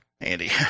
Andy